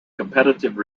competitive